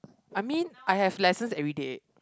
I mean I have lessons everyday